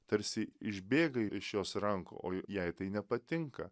tarsi išbėgai ir iš jos rankų o jai tai nepatinka